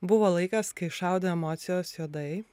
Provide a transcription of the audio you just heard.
buvo laikas kai šaudė emocijos juodai